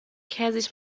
käsig